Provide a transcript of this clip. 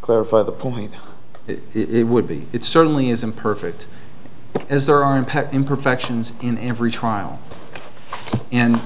clarify the point it would be it certainly is imperfect but as there are impact imperfections in every trial and